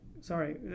sorry